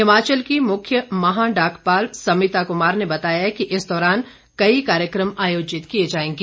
हिमाचल की मुख्य महा डाकपाल समिता कुमार ने बताया कि इस दौरान कई कार्यक्रम आयोजित किए जाएंगे